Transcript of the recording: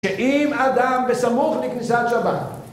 שאם אדם בסמוך לכניסת שבת